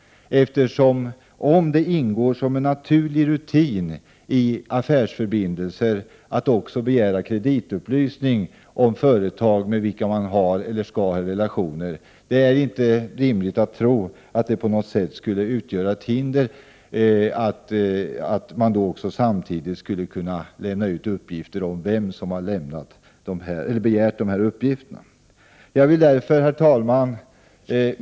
Om det ingår som en naturlig rutin i affärsförbindelser att begära kreditupplysning på företag med vilka man har eller skall ha relationer är det inte rimligt att tro att det på något sätt skulle kunna utgöra ett hinder att man också samtidigt skulle kunna lämna ut uppgifter om vem som har begärt uppgifterna. Herr talman!